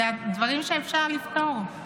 דיונים, אלה דברים שאפשר לפתור,